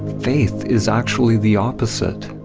faith is actually the opposite.